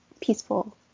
peaceful